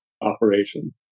operation